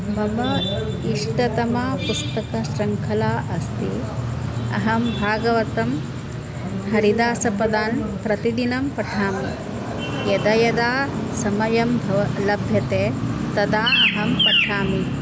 मम इष्टतमा पुस्तकशृङ्खला अस्ति अहं भागवतं हरिदासपदान् प्रतिदिनं पठामि यदा यदा समयं भव लभ्यते तदा अहं पठामि